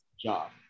job